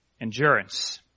endurance